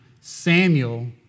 Samuel